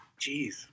Jeez